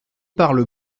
parle